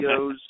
videos